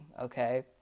Okay